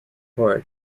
court